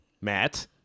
Matt